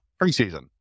preseason